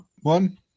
one